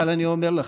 אבל אני אומר לכם,